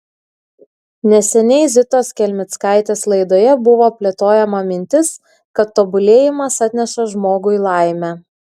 neseniai zitos kelmickaitės laidoje buvo plėtojama mintis kad tobulėjimas atneša žmogui laimę